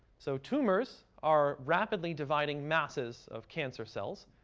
so tumors are rapidly dividing masses of cancer cells.